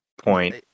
point